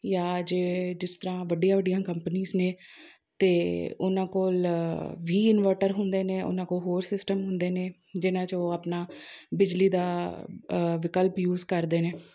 ਜਾਂ ਜੇ ਜਿਸ ਤਰ੍ਹਾਂ ਵੱਡੀਆਂ ਵੱਡੀਆਂ ਕੰਪਨੀਜ਼ ਨੇ ਅਤੇ ਉਹਨਾਂ ਕੋਲ ਵੀ ਇਨਵਰਟਰ ਹੁੰਦੇ ਨੇ ਉਹਨਾਂ ਕੋਲ ਹੋਰ ਸਿਸਟਮ ਹੁੰਦੇ ਨੇ ਜਿਨ੍ਹਾਂ 'ਚੋਂ ਉਹ ਆਪਣਾ ਬਿਜਲੀ ਦਾ ਵਿਕਲਪ ਯੂਸ ਕਰਦੇ ਨੇ